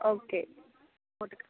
okay போட்டுக்